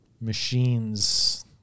machines